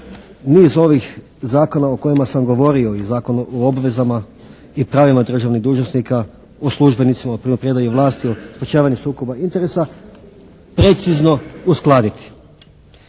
niz ovih zakona o kojima sam govorio i Zakona o obvezama i pravima državnih dužnosnika, o službenicima, o primopredaji vlasti, o sprječavanju sukoba interesa precizno uskladiti.